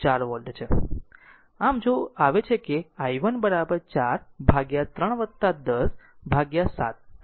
આમ જો આ તે છે કે i 1 4 ભાગ્યા 3 10 ભાગ્યા 7 2831 એમ્પીયર